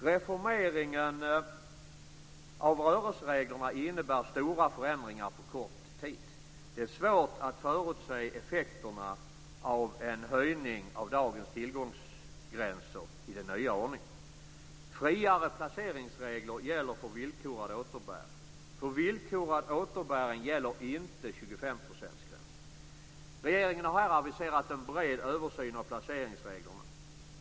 Reformeringen av rörelsereglerna innebär stora förändringar på kort tid. Det är svårt att förutse effekterna av en höjning av dagens tillgångsgränser i den nya ordningen. Friare placeringsregler gäller för villkorad återbäring. För villkorad återbäring gäller inte gränsen på 25 %. Regeringen har här aviserat en bred översyn av placeringsreglerna.